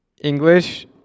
English